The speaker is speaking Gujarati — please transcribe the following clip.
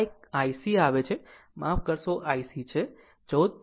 આમ આ એક IC આવે છે માફ કરશો કે IC છે 14